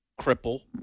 cripple